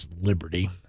Liberty